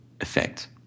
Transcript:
effect